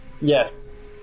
Yes